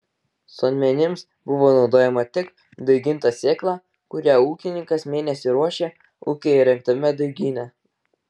sodmenims buvo naudojama tik daiginta sėkla kurią ūkininkas mėnesį ruošė ūkyje įrengtame daigyne